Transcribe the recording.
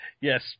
Yes